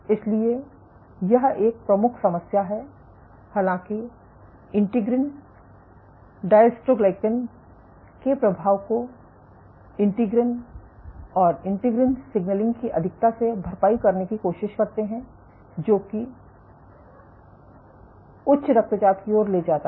इसलिए यह एक प्रमुख समस्या है हालांकि इंटीग्रिन डायस्ट्रोग्लीकैन के प्रभाव को इंटीग्रिन और इंटीग्रिन सिग्नलिंग की अधिकता से भरपाई करने की कोशिश करते हैं जो कि उच्च रक्तचाप की ओर ले जाता है